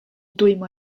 dwymo